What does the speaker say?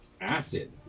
Acid